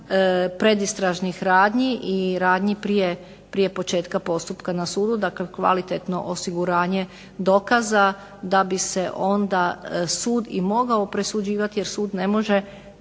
predistražnih radnji i radnji prije početka postupka na sudu, dakle kvalitetno osiguranje dokaza da bi se onda sud i mogao presuđivati, jer sud ne može